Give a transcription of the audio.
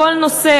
כל נושא,